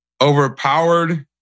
Overpowered